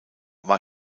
war